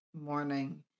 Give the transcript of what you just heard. morning